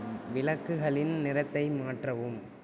விளக்குகளின் நிறத்தை மாற்றவும்